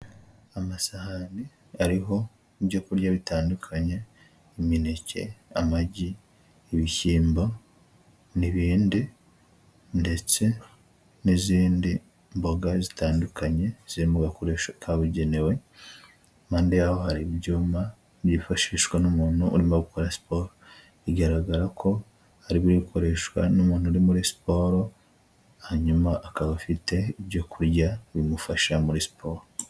Amasahani ariho ibyokurya bitandukanye, imineke, amagi, ibishyimbo, n'ibindi ndetse n'izindi mboga zitandukanye ziri mu gakoresho kabugenewe, impande yaho hari ibyuma byifashishwa n'umuntu urimo gukora siporo, bigaragara ko harimo ibikoreshwa n'umuntu uri muri siporo, hanyuma akaba afite ibyokurya bimufasha muri siporo.